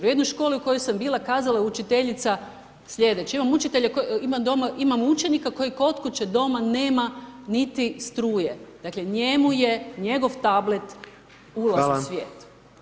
U jednoj školi u kojoj sam bila, kazala je učiteljica sljedeće: „Imam učenika koji kod kuće, doma nema niti struje.“ Dakle, njemu je njegov tablet ulaz u svijet.